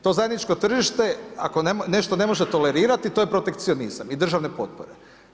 To zajedničko tržište ako nešto ne može tolerirati, to je protekcionizam i državne potpore.